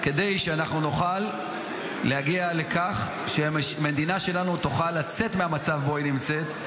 כדי שאנחנו נוכל להגיע לכך שהמדינה שלנו תוכל לצאת מהמצב שבו היא נמצאת,